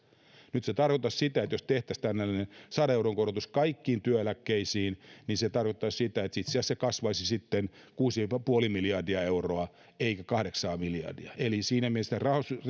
jos se yksi pilkku viisi miljardia työeläkejärjestelmästä otettaisiin ja tehtäisiin tällainen sadan euron korotus kaikkiin työeläkkeisiin niin se tarkoittaisi sitä että se itse asiassa kasvaisi sitten kuusi pilkku viisi miljardia euroa eikä kahdeksaa miljardia eli siinä mielessä tämä